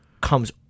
comes